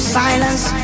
silence